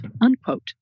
unquote